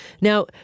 Now